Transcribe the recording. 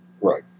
Right